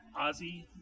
Ozzy